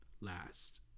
last